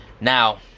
Now